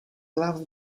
laughed